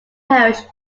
parish